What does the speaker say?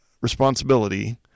responsibility